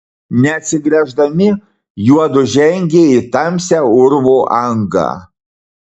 neatsigręždami juodu žengė į tamsią urvo angą